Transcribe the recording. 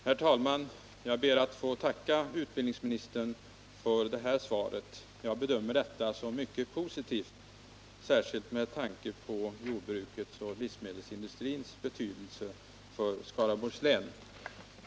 Herr talman! Jag ber att få tacka utbildningsministern för det här svaret. Jag bedömer detta som mycket positivt, särskilt med tanke på jordbrukets och livsmedelsindustrins betydelse för Skaraborgs län.